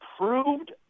approved